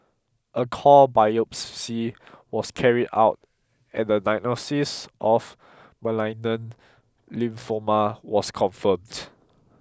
a core biopsy was carried out and the diagnosis of malignant lymphoma was confirmed